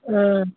আঁ